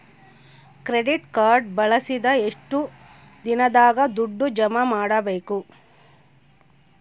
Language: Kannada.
ಕ್ರೆಡಿಟ್ ಕಾರ್ಡ್ ಬಳಸಿದ ಎಷ್ಟು ದಿನದಾಗ ದುಡ್ಡು ಜಮಾ ಮಾಡ್ಬೇಕು?